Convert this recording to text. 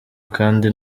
kandi